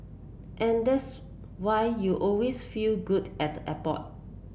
and that's why you always feel good at the airport